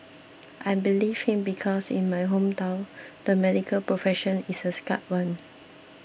I believed him because in my hometown the medical profession is a sacred one